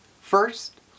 First